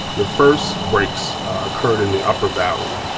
the first breaks occurred in the upper valley,